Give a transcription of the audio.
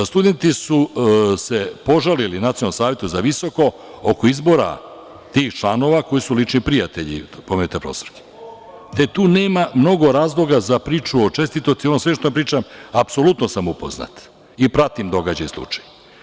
Studenti su se požalili Nacionalnom savetu za visoko oko izbora tih članova koji su lični prijatelji pomenute profesorke, te tu nema mnogo razloga za priču o čestitosti, ono sve što pričam, apsolutno sam upoznat, i pratim događaj i slučaj.